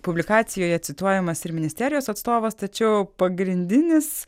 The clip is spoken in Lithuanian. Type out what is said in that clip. publikacijoje cituojamas ir ministerijos atstovas tačiau pagrindinis